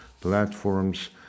platforms